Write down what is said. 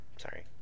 sorry